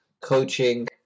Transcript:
coaching